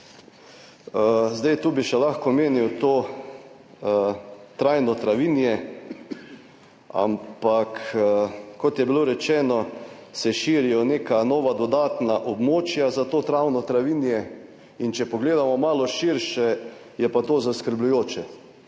Zdaj tu bi še lahko omenil to trajno travinje, ampak kot je bilo rečeno se širijo neka nova, dodatna območja za to travno travinje in če pogledamo malo širše, je pa to zaskrbljujoče.